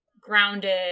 grounded